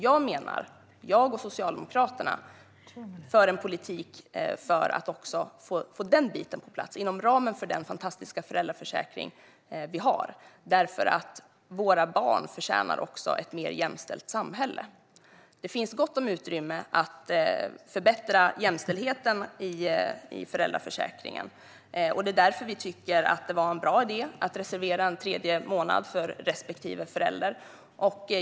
Jag och Socialdemokraterna för en politik för att också få den biten på plats inom ramen för den fantastiska föräldraförsäkring vi har, för våra barn förtjänar ett mer jämställt samhälle. Det finns gott om utrymme att förbättra jämställdheten i föräldraförsäkringen, och det är därför vi tycker att det var en bra idé att reservera en tredje månad för respektive förälder.